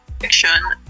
fiction